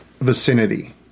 vicinity